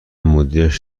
مدیرش